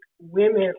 women